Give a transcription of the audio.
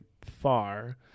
far